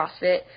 CrossFit –